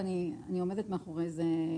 ואני עומדת מאחורי זה,